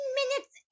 minutes